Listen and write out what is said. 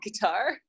guitar